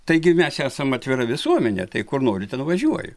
taigi mes esam atvira visuomenė tai kur nori ten važiuoji